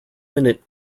minute